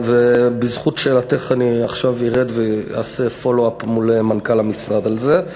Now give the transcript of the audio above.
ובזכות שאלתך אני עכשיו ארד ואעשה follow-up מול מנכ"ל המשרד על זה.